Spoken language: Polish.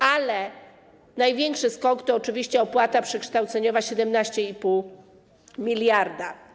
Ale największy skok to oczywiście opłata przekształceniowa - 17,5 mld.